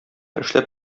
эшләп